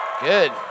Good